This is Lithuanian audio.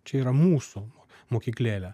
čia yra mūsų mokyklėlė